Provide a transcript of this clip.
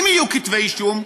אם יהיו כתבי אישום,